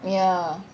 ya